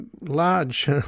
large